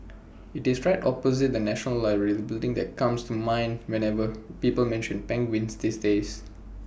IT is right opposite the National Library that building that comes to mind whenever people mention penguins these days